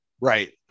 right